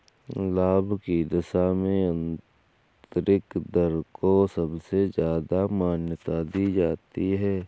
लाभ की दशा में आन्तरिक दर को सबसे ज्यादा मान्यता दी जाती है